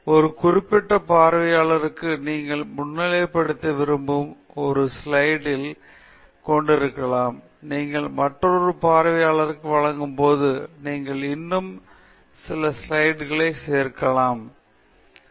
ஒரு குறிப்பிட்ட பார்வையாளருக்கு நீங்கள் முன்னிலைப்படுத்த விரும்பும் மூன்று ஸ்லைடில் களைக் கொண்டிருக்கலாம் நீங்கள் மற்றொரு பார்வையாளருக்கு வழங்கும்போது நீங்கள் இன்னும் சில ஸ்லைடில் களை சேர்க்கலாம் நீங்கள் பார்வையிடும் போது மூன்றாவது பார்வையாளர்